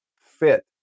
fit